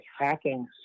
hacking